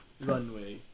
runway